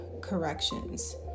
corrections